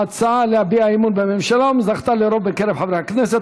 ההצעה להביע אי-אמון בממשלה אומנם זכתה לרוב בקרב חברי הכנסת